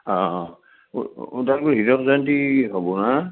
অঁ অঁ ওদালগুৰিৰ হীৰক জয়ন্তী হ'ব ন